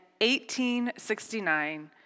1869